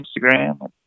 instagram